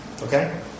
Okay